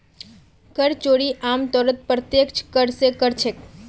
कर चोरी आमतौरत प्रत्यक्ष कर स कर छेक